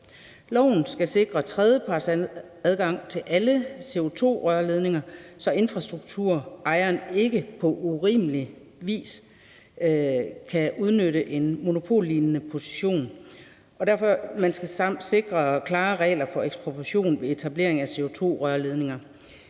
Loven skal sikre tredjepartsadgang til alle CO2-rørledninger, så infrastrukturejeren ikke på urimelig vis kan udnytte en monopollignende position, og man skal derfor sikre klare regler for ekspropriation ved etablering af CO2-rørledninger.